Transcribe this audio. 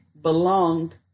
belonged